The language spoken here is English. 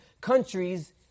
countries